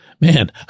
man